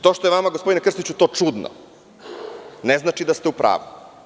To što je vama, gospodine Krstiću, to čudno, ne znači da ste u pravu.